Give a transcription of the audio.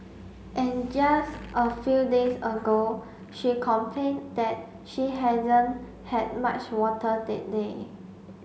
and just a few days ago she complained that she hasn't had much water that day